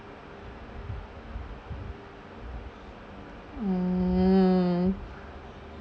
mm